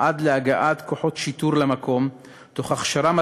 עד להגעת כוחות שיטור למקום, תוך הכשרה מתאימה,